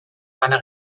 bana